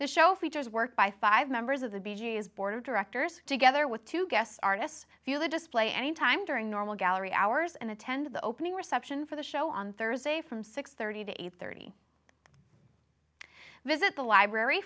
the show features work by five members of the b g is board of directors together with two guests artists feel they display any time during normal gallery hours and attend the opening reception for the show on thursday from six thirty to eight thirty visit the library